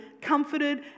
comforted